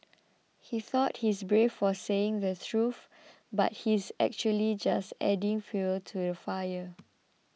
he thought he's brave for saying the truth but he's actually just adding fuel to the fire